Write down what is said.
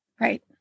Right